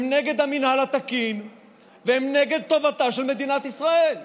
הם נגד המינהל התקין והם נגד טובתה של מדינת ישראל.